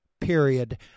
period